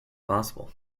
possible